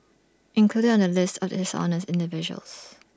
included on the list of dishonest individuals